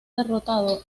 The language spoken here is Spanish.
derrotado